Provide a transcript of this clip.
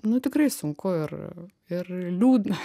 nu tikrai sunku ir ir liūdna